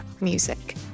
music